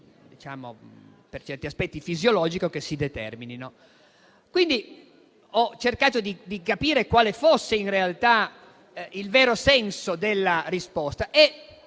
per certi aspetti fisiologico che si determinino. Ho quindi cercato di capire quale fosse il vero senso della risposta e